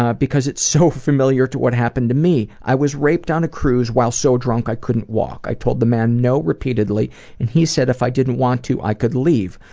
ah because it is so familiar to what happened to me. i was raped on a cruise while so drunk i couldn't walk. i told the man no repeatedly and he said if i didn't want to, i could leave.